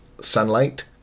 sunlight